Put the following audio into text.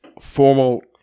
formal